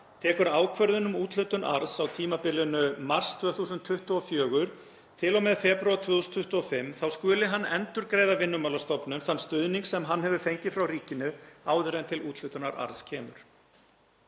tekur ákvörðun um úthlutun arðs á tímabilinu mars 2024 til og með febrúar 2025 þá skuli hann endurgreiða Vinnumálastofnun þann stuðning sem hann hefur fengið frá ríkinu áður en til úthlutunar arðs kemur.